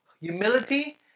humility